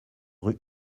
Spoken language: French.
rue